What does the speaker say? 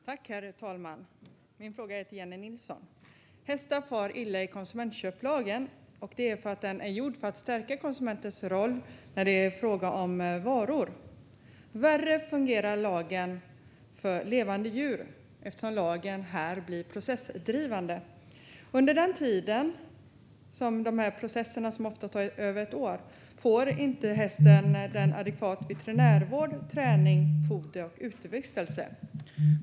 Herr talman! Min fråga är till Jennie Nilsson. Hästar far illa under konsumentköplagen. Det är för att den är gjord för att stärka konsumentens roll när det är fråga om varor. Värre fungerar lagen för levande djur eftersom lagen här blir processdrivande. Under tiden processen pågår - och det tar ofta över ett år - får inte hästen adekvat veterinärvård, träning, foder eller utevistelse.